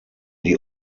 die